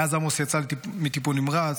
מאז עמוס יצא מטיפול נמרץ,